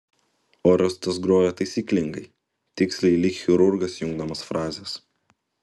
orestas grojo taisyklingai tiksliai lyg chirurgas jungdamas frazes